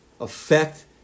affect